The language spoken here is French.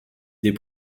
des